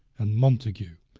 and montague,